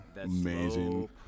amazing